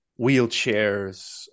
wheelchairs